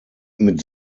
mit